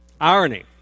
Irony